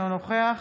אינו נוכח